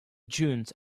dunes